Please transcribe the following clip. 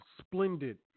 splendid